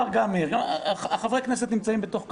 חברי הכנסת בתוך קמפיין,